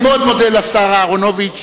אני מאוד מודה לשר אהרונוביץ